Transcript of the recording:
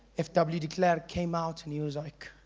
f w. de klerk came out and he was like